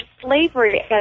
slavery